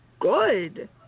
good